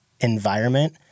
environment